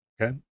Okay